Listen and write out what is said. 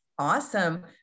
Awesome